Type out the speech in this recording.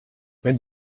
wenn